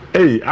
Hey